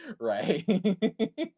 Right